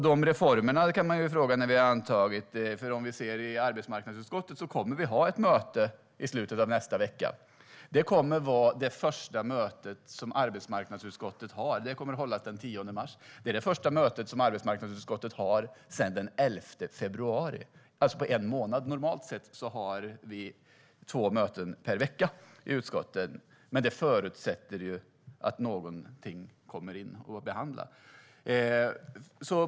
De reformerna kan man ju fråga efter, för när det gäller arbetsmarknadsutskottet så kommer vi att ha ett möte i slutet av nästa vecka, den 10 mars, och det kommer att vara det första mötet som arbetsmarknadsutskottet har sedan den 11 februari, alltså på en månad. Normalt sett har vi två möten per vecka i utskottet, men det förutsätter ju att någonting kommer in för att behandlas.